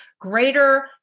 greater